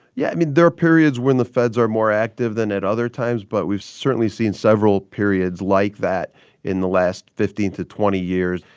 yeah. i mean, there are periods when the feds are more active than at other times. but we've certainly seen several periods like that in the last fifteen to twenty years.